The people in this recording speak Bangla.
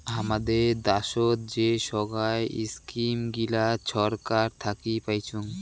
হামাদের দ্যাশোত যে সোগায় ইস্কিম গিলা ছরকার থাকি পাইচুঙ